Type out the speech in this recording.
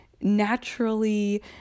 naturally